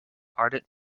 ardent